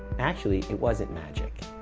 actually it wasn't magic.